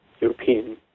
European